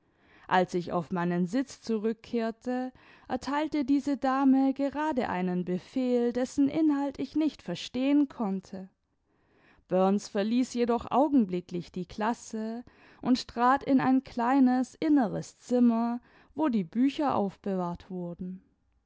als ich auf meinen sitz zurückkehrte erteilte diese dame gerade einen befehl dessen inhalt ich nicht verstehen konnte burns verließ jedoch augenblicklich die klasse und trat in ein kleines inneres zimmer wo die bücher aufbewahrt wurden